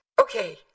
okay